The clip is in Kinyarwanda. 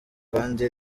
kandi